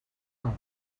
cove